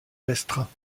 restreint